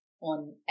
on